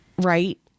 right